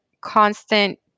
constant